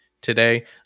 today